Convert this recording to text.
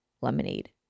lemonade